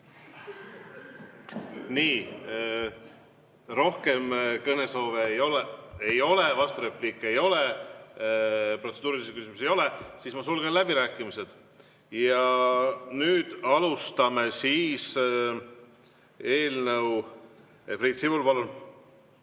Nii. Rohkem kõnesoove ei ole, vasturepliike ei ole, protseduurilisi küsimusi ei ole. Siis ma sulgen läbirääkimised ja nüüd alustame eelnõu ... Priit Sibul, palun!